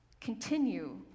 continue